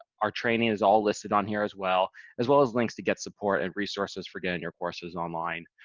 our training is all listed on here as well as well as links to get support and resources for getting your courses online.